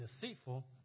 deceitful